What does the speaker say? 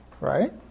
right